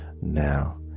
now